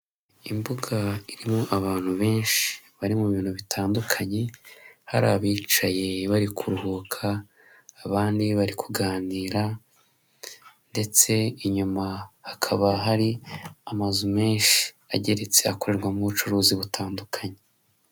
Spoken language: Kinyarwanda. Imbuga irimo abantu benshi bari mu bintu bitandukanye hari abicaye bari kuruhuka, abandi bari kuganira ndetse inyuma hakaba hari amazu menshi ageretse akorerwamo ubucuruzi butandukanye.